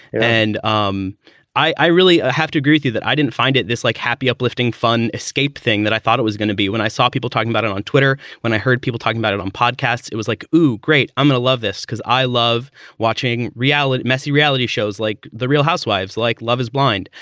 and um i really have to agree with you that i didn't find it. this like happy, uplifting, fun escape thing that i thought it was gonna be when i saw people talking about it on twitter, when i heard people talking about it on podcasts, it was like, oh, great, i'm gonna love this because i love watching reality. messy reality shows like the real housewives, like love is blind.